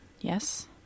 Yes